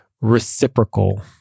reciprocal